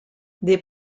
des